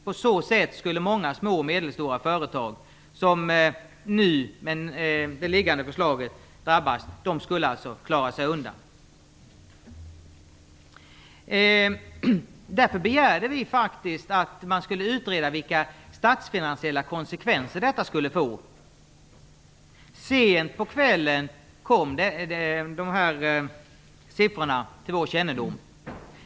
På så sätt skulle många små och medelstora företag, som enligt det föreliggande förslaget nu drabbas, ha klarat sig undan. Därför begärde vi att man skulle utreda vilka statsfinansiella konsekvenser detta skulle få. Sent på kvällen kom dessa siffror till vår kännedom.